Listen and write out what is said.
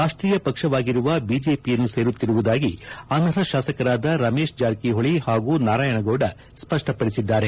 ರಾಷ್ಷೀಯ ಪಕ್ಷವಾಗಿರುವ ಬಿಜೆಪಿಯನ್ನು ಸೇರುತ್ತಿರುವುದಾಗಿ ಅನರ್ಹ ಶಾಸಕರಾದ ರಮೇಶ್ ಜಾರಕಿಹೊಳಿ ಹಾಗೂ ನಾರಾಯಣಗೌಡ ಸ್ಪಷ್ಟಪಡಿಸಿದ್ದಾರೆ